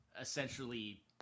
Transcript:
essentially